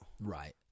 Right